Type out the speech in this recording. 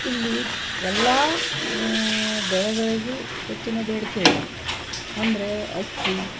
ಇಲ್ಲಿ ಎಲ್ಲ ಬೆಳೆಗಳಿಗೂ ಹೆಚ್ಚಿನ ಬೇಡಿಕೆ ಇದೆ ಅಂದರೆ ಅಕ್ಕಿ